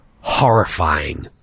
horrifying